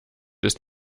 ist